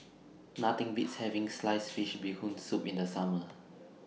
Nothing Beats having Sliced Fish Bee Hoon Soup in The Summer